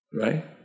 Right